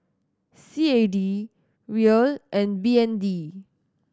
C A D Riel and B N D